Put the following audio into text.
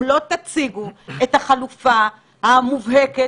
למה חשוב לך להביא את זה היום להצבעה?